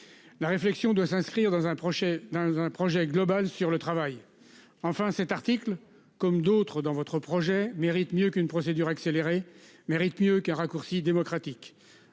La réflexion de s'inscrire dans un projet dans un projet global sur le travail. Enfin cet article comme d'autres dans votre projet mérite mieux qu'une procédure accélérée mérite mieux qu'a raccourci démocratique